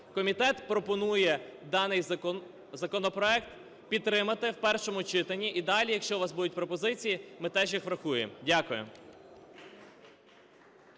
Комітет пропонує даний законопроект підтримати в першому читанні і далі, якщо у вас будуть пропозиції, ми теж їх врахуємо. Дякую.